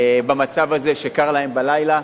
במצב הזה, שקר להם בלילה,